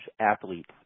athletes